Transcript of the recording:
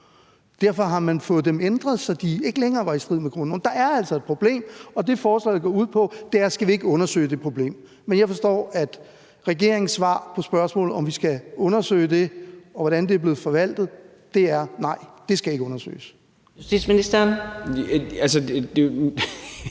derfor har fået ændret, så de ikke længere var i strid med grundloven. Der er altså et problem, og det, forslaget går ud på, er, at vi skal undersøge det problem. Men jeg kan forstå, at regeringens svar på spørgsmålet om, om vi skal undersøge det og hvordan det er forvaltet, er: Nej, det skal ikke undersøges. Kl. 14:46 Fjerde